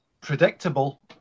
predictable